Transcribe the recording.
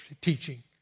teaching